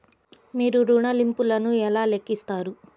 మీరు ఋణ ల్లింపులను ఎలా లెక్కిస్తారు?